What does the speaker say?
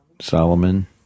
Solomon